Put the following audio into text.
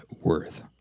worth